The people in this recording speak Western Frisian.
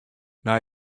nei